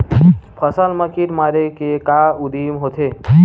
फसल मा कीट मारे के का उदिम होथे?